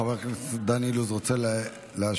חבר הכנסת דן אילוז רוצה להשיב?